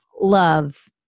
Love